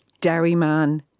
dairyman